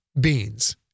Beans